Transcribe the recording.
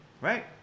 right